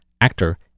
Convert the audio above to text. actor